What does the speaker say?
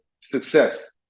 success